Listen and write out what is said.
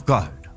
God